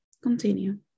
continue